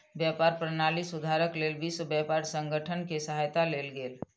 व्यापार प्रणाली सुधारक लेल विश्व व्यापार संगठन के सहायता लेल गेल